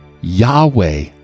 Yahweh